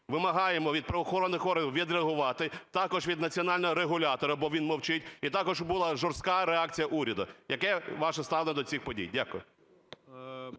Вимагаємо від правоохоронних органів відреагувати, також від національного регулятора, бо він мовчить, і також, щоб була жорстка реакція уряду. Яке ваше ставлення до цих подій? Дякую.